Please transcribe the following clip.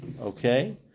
Okay